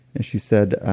and she said,